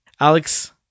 Alex